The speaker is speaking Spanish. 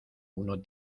uno